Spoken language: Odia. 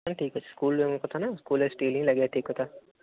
ଆଚ୍ଛା ଠିକ୍ ଅଛି ସ୍କୁଲ୍ କଥା ନା ସ୍କୁଲ୍ରେ ଷ୍ଟିଲ୍ ହିଁ ଲାଗିବା ଠିକ୍ କଥା